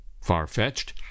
far-fetched